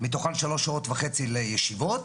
מתוכם שלוש וחצי שעות לישיבות,